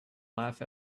laugh